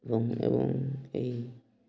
ଏବଂ ଏଇ